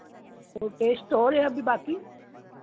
तो टेस्ट और हैं अभी बाकी